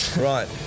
Right